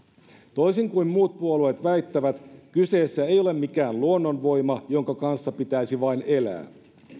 toisin kuin muut puolueet väittävät kyseessä ei ole mikään luonnonvoima jonka kanssa pitäisi vain elää